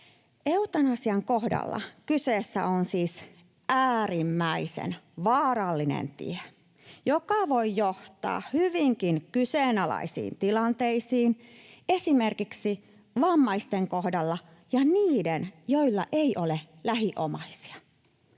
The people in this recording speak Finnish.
Eutanasian kohdalla kyseessä on siis äärimmäisen vaarallinen tie, joka voi johtaa hyvinkin kyseenalaisiin tilanteisiin esimerkiksi vammaisten ja niiden kohdalla, joilla ei ole lähiomaisia.